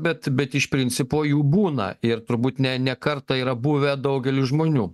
bet bet iš principo jų būna ir turbūt ne ne kartą yra buvę daugeliui žmonių